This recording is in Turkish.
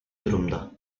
durumda